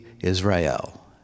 Israel